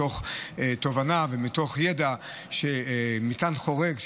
מתוך תובנה ומתוך ידע שמטען חורג,